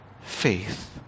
faith